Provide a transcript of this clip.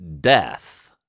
death